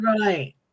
Right